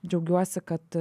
džiaugiuosi kad